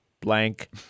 Blank